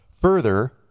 Further